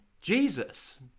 Jesus